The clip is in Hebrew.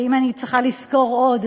אם אני צריכה לסקור עוד,